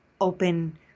Open